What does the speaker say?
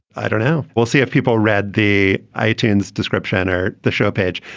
i don't know. we'll see if people read the itins description or the show page.